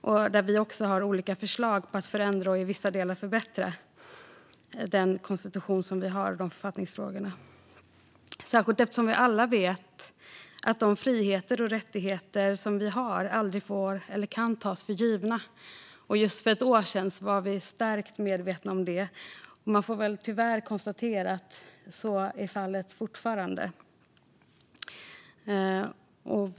Vi har också olika förslag på att förändra och i vissa delar förbättra den konstitution som vi har. Vi alla vet att de friheter och rättigheter som vi har aldrig får eller kan tas för givna. Just för ett år sedan var vi starkt medvetna om detta. Man får väl tyvärr konstatera att så fortfarande är fallet.